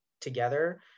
together